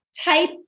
type